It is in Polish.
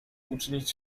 uczynić